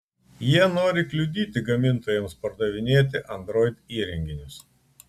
jie nori kliudyti gamintojams pardavinėti android įrenginius